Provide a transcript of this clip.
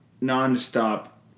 non-stop